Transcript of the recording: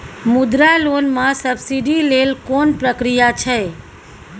मुद्रा लोन म सब्सिडी लेल कोन प्रक्रिया छै?